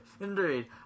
Indeed